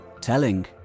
Telling